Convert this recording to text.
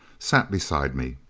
sat beside me.